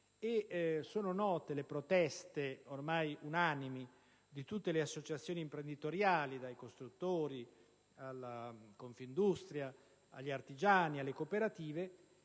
sono note le proteste, ormai unanimi, di tutte le associazioni imprenditoriali, dai costruttori alla Confindustria, agli artigiani, alle cooperative,